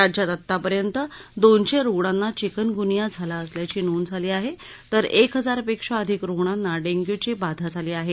राज्यात आत्तापर्यंत दोनशे रुग्णांना चिकनगुनिया झाला असल्याची नोंद झाली आहे तर एक हजारपेक्षा अधिक रुग्णांना डेंग्यूची बाधा झाली आहे